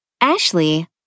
Ashley